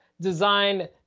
design